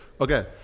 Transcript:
okay